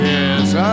Yes